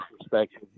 perspective